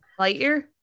Lightyear